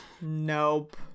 nope